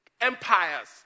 empires